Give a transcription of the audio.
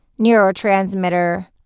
neurotransmitter